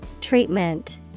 Treatment